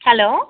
hello